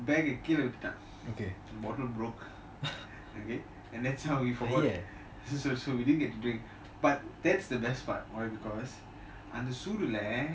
bag eh கீழ விட்டுத்தான்:keela vitutan bottle broke okay and that's how we forgot so so we didn't get to drink but that's the best part because அந்த சூடுள்ள:antha soodula